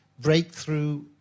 breakthrough